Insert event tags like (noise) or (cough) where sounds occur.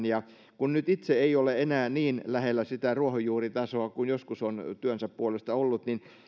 (unintelligible) ja kun nyt itse ei ole enää niin lähellä sitä ruohonjuuritasoa kuin joskus on työnsä puolesta ollut niin